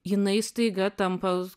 jinai staiga tampa